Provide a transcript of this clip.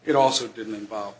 it also didn't involve